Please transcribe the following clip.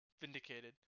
vindicated